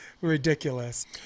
ridiculous